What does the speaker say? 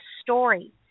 story